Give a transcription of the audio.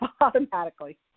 automatically